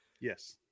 yes